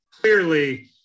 clearly